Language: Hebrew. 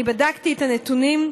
אני בדקתי את הנתונים.